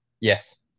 Yes